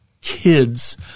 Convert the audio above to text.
kids